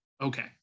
Okay